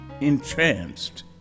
entranced